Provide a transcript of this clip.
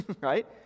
right